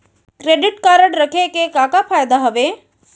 Credit card रखे के का का फायदा हवे?